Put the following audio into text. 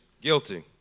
Guilty